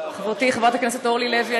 חברתי חברת הכנסת אורלי לוי,